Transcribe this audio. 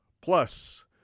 plus